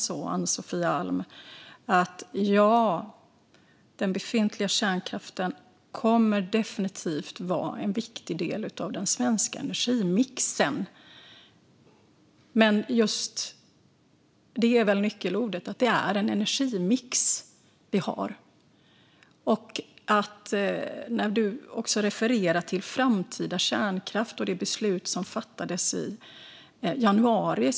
Ja, Ann-Sofie Alm, den befintliga kärnkraften kommer definitivt att vara en viktig del av den svenska energimixen, men just energimix är väl nyckelordet. Vi har en energimix. Du refererar till framtida kärnkraft och det beslut som fattades i januari.